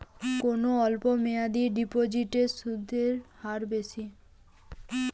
কোন অল্প মেয়াদি ডিপোজিটের সুদের হার বেশি?